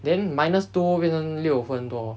then minus two 变成六分多